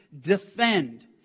defend